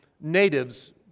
natives